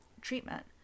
treatment